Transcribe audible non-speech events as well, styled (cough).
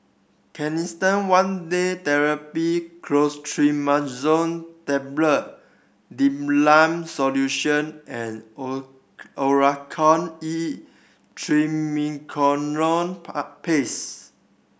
Canesten One Day Therapy Clotrimazole Tablet Difflam Solution and O Oracort E Triamcinolone (unintelligible) Paste